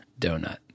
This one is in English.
donut